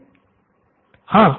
नितिन हाँ